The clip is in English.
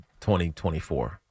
2024